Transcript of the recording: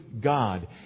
God